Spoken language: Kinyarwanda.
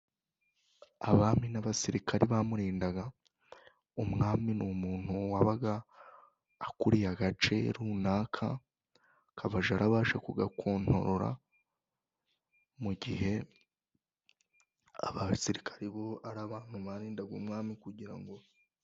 Abami n'abasirikare bamurindaga, umwami n' umuntu wabaga akuriye agace runaka, akajya arabasha kugakontora mu gihe aba basirikare bo ari abantu barindaga umwami kugira ngo...